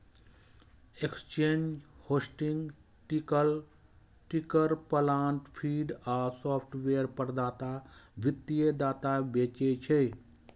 exchange, hosting, ticker plant feed आ software प्रदाता वित्तीय डाटा बेचै छै